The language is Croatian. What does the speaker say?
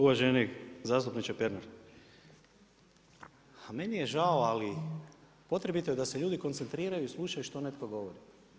Uvaženi zastupniče Pernar, meni je žao ali potrebito je da se ljudi koncentriraju i slušaju što netko govori.